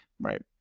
Right